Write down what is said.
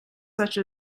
such